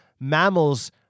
mammals